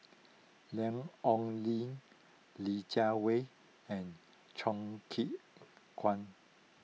Lan Ong Li Li Jiawei and Choo Keng Kwang